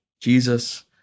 jesus